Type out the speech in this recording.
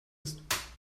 ist